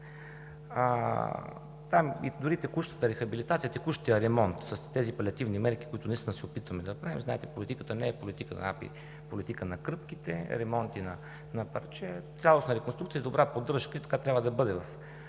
Тополовград, текущата рехабилитация, текущият ремонт с палиативни мерки, които наистина се опитваме да направим... Знаете политиката на АПИ не е политика на кръпките, ремонти на парче, а цялостна реконструкция и добра поддръжка. Така и трябва да бъде